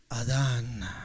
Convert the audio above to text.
Adan